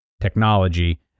technology